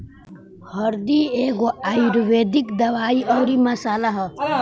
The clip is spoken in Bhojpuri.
हरदी एगो आयुर्वेदिक दवाई अउरी मसाला हअ